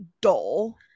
dull